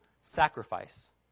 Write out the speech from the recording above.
sacrifice